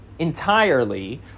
entirely